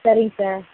சரிங்க சார்